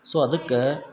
so ಅದಕ್ಕೆ